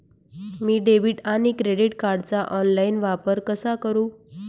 मी debit किंवा credit कार्डचा online वापर कसा करु?